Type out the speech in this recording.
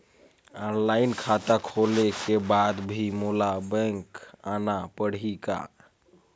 Online खाता खोले के बाद भी मोला बैंक आना पड़ही काय?